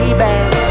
baby